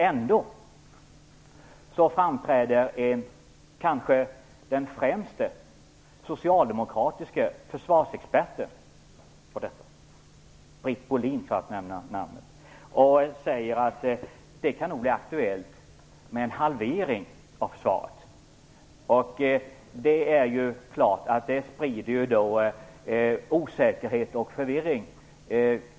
Ändå framträder den kanske främsta socialdemokratiska försvarsexperten, nämligen Britt Bohlin, och säger att det nog kan bli aktuellt med en halvering av försvaret. Det är ju klart att det sprider osäkerhet och förvirring.